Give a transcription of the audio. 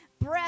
breath